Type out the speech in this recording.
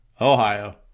Ohio